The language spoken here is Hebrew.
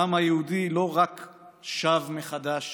העם היהודי לא רק שב מחדש